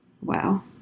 Wow